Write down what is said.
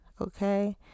okay